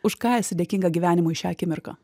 už ką esi dėkinga gyvenimui šią akimirką